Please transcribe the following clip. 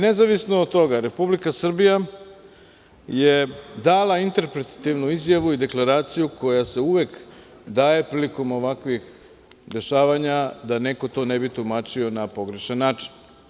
Nezavisno od toga, Republika Srbija je dala interpretativna izjavu i deklaraciju koja se uvek daje prilikom ovakvih dešavanja da neko ne bi to tumačio na pogrešan način.